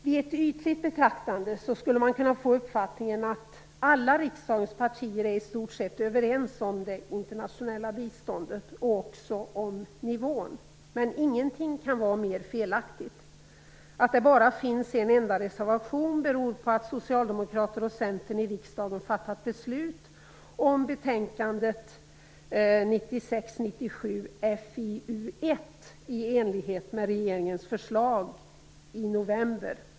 Vid ett ytligt betraktande skulle man kunna få uppfattningen att alla riksdagens partier i stort sett är överens om det internationella biståndet och också om nivån. Men ingenting kan vara mer felaktigt. Att det bara finns en enda reservation beror på att Socialdemokraterna och Centern i riksdagen i november fattade beslut om betänkandet 1996/97:FiU1 i enlighet med regeringens förslag.